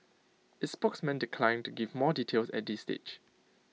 its spokesman declined to give more details at this stage